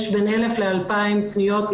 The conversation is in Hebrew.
יש בין 1,000 ל-2,000 פניות,